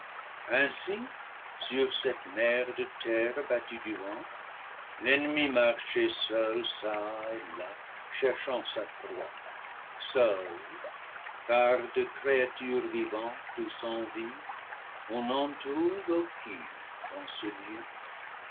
ainsi sur cette mer de terre battue du vent l'ennemi marchait seul çà et là cherchant sa proie seul car de créature vivante ou sans vie on n'en trouve aucune dans ce lieu